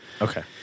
Okay